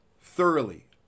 thoroughly